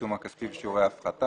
העיצום הכספי ושיעורי ההפחתה.